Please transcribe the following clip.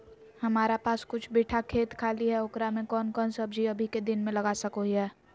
हमारा पास कुछ बिठा खेत खाली है ओकरा में कौन कौन सब्जी अभी के दिन में लगा सको हियय?